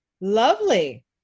Lovely